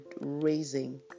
raising